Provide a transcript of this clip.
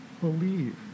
believe